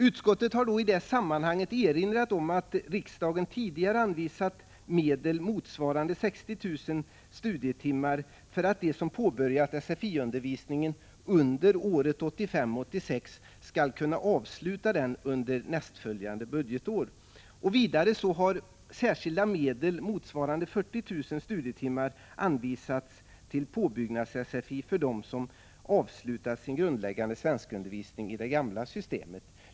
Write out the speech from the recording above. Utskottet har i detta sammanhang erinrat om att riksdagen tidigare har anvisat medel motsvarande 60 000 studietimmar för att de som påbörjat sfi-undervisning under 1985/86 skall kunna avsluta den under det följande budgetåret. Vidare har särskilda medel motsvarande 40 000 studietimmar anvisats till påbyggnads-sfi för dem som avslutat sin grundläggande svenskundervisning inom det gamla systemet.